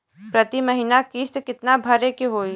प्रति महीना किस्त कितना भरे के होई?